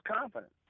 confidence